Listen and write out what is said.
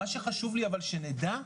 מה שחשוב לי שנדע,